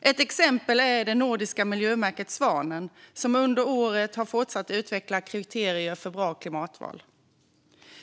Ett exempel är det nordiska miljömärket Svanen som under året har fortsatt utveckla kriterier för bra klimatval.